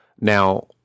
Now